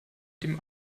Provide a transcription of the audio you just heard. dem